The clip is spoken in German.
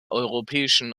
europäischen